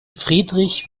friedrich